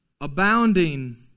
abounding